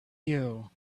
you